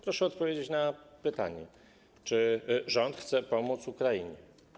Proszę odpowiedzieć na pytanie: Czy rząd chce pomóc Ukrainie?